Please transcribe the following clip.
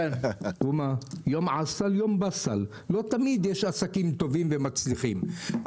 לא תמיד יש עסקים טובים ומצליחים.